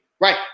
right